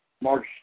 March